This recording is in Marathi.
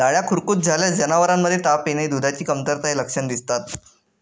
लाळ्या खुरकूत झाल्यास जनावरांमध्ये ताप येणे, दुधाची कमतरता हे लक्षण दिसतात